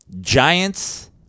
Giants